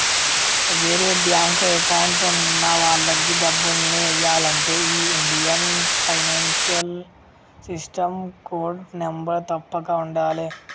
వేరే bank account ఉన్న వాళ్లకి డబ్బుల్ని ఎయ్యాలంటే ఈ Indian financial system code number తప్పక ఉండాలే